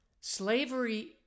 slavery